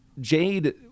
Jade